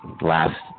last